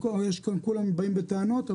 כולם באים בטעות,